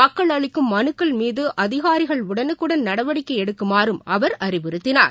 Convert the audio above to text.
மக்கள் அளிக்கும் மனுக்கள் மீதுஅதிகாரிகள் உடனுக்குடன் நடவடிக்கைஎடுக்குமாறும் அவர் அறிவுறுத்தினார்